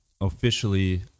officially